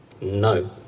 no